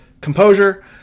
composure